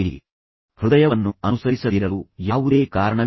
ನಿಮ್ಮ ಹೃದಯವನ್ನು ಅನುಸರಿಸದಿರಲು ಯಾವುದೇ ಕಾರಣವಿಲ್ಲ